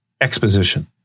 exposition